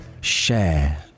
Share